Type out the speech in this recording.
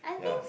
ya